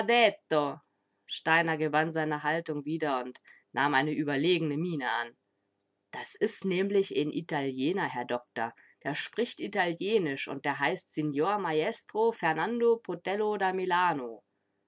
steiner gewann seine haltung wieder und nahm eine überlegene miene an das is nämlich een italiener herr doktor der spricht italienisch und er heißt signor maestro fernando potello da milano